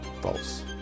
false